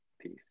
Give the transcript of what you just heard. peace